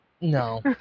No